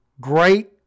great